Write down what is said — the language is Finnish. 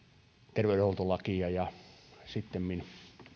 terveydenhuoltolakia on valmisteltu ja sittemmin